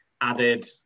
added